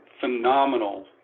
phenomenal